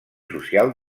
social